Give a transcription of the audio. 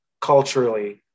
culturally